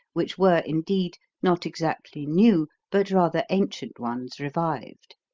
which were, indeed, not exactly new, but rather ancient ones revived.